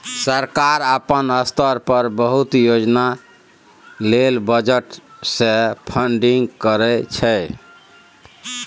सरकार अपना स्तर पर बहुते योजना लेल बजट से फंडिंग करइ छइ